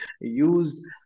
use